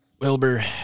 Wilbur